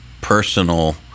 personal